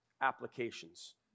applications